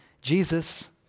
Jesus